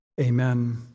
Amen